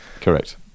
Correct